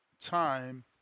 time